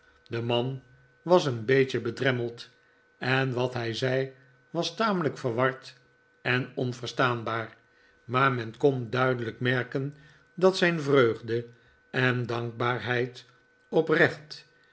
de man was een beetje bedremmeld en wat hij zei was tamelijk verward en onverstaanbaar maar men kon duidelijk merken dat zijn vreugde en dankbaarheid oprecht